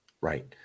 Right